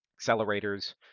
accelerators